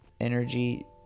energy